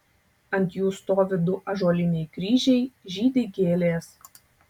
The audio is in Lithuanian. ant jų stovi du ąžuoliniai kryžiai žydi gėlės